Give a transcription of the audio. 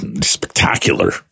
spectacular